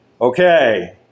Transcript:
okay